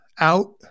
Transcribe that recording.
out